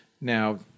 Now